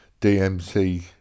DMC